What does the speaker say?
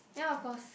ya of course